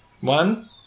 One